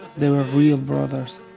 they were real brothers